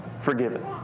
forgiven